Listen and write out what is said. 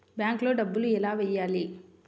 బ్యాంక్లో డబ్బులు ఎలా వెయ్యాలి?